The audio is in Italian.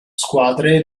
squadre